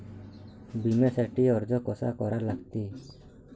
बिम्यासाठी अर्ज कसा करा लागते?